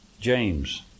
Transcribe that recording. James